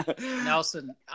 Nelson